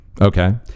Okay